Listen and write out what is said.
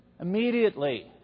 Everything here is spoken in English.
immediately